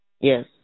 Yes